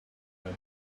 then